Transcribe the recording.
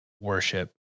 worship